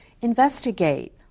Investigate